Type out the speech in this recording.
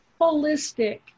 holistic